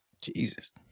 Jesus